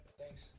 thanks